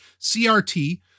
CRT